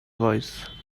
voice